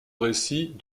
récits